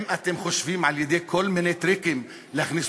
אם אתם חושבים על-ידי כל מיני טריקים להכניס